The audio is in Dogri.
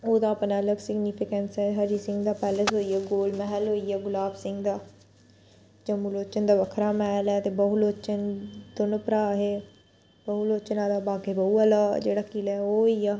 ओह्दा अपना अलग सिग्निफिकेंस ऐ हरी सिंह दा पैलेस होई गेआ गोल मैह्ल होई गेआ गुलाब सिंह दा जम्बू लोचन दा बक्खरा मैह्ल ऐ ते बहू लोचन दोनो भ्राऽ हे बहूलोचन आह्ला बागे ए बहू आह्ला जेह्ड़ा किला ऐ ओह् होई गेआ